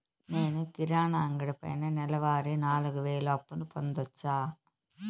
నేను కిరాణా అంగడి పైన నెలవారి నాలుగు వేలు అప్పును పొందొచ్చా?